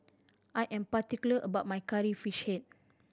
I am particular about my Curry Fish Head